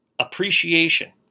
appreciation